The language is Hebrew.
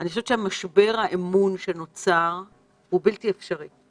אני חושבת שמשבר האמון שנוצר הוא בלתי אפשרי,